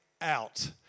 out